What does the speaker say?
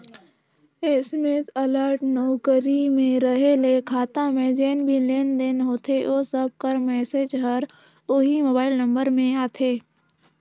SMS alert नउकरी में रहें ले खाता में जेन भी लेन देन होथे ओ सब कर मैसेज हर ओही मोबाइल नंबर में आथे